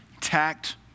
tact